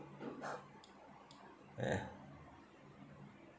uh